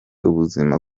ubuzima